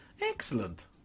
Excellent